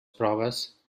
proves